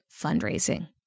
fundraising